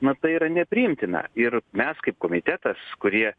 na tai yra nepriimtina ir mes kaip komitetas kurie